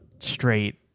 straight